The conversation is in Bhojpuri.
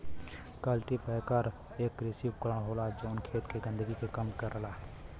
कल्टीपैकर एक कृषि उपकरण होला जौन खेत के गंदगी के कम करला